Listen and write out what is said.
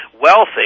wealthy